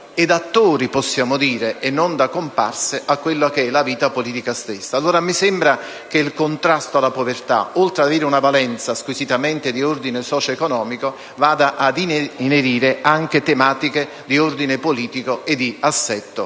e propositiva, come attori e non da comparse, alla stessa vita politica. Mi sembra allora che il contrasto alla povertà, oltre ad avere una valenza squisitamente di ordine socio‑economico, vada ad inerire anche tematiche di ordine politico e di assetto